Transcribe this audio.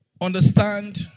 Understand